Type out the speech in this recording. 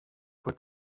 would